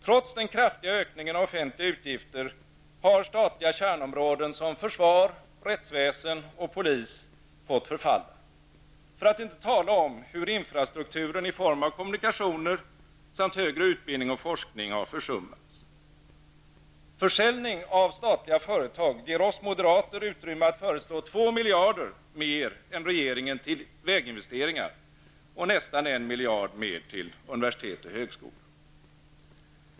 Trots den kraftiga ökningen av offentliga utgifter har statliga kärnområden som försvar, rättsväsen och polis fått förfalla -- för att inte tala om hur infrastrukturen i form av kommunikationer samt högre utbildning och forskning har försummats. Försäljningen av statliga företag ger oss moderater utrymme att föreslå 2 miljarder mer än regeringen till väginvesteringar och nästan 1 miljard mer till universitet och högskolor.